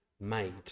made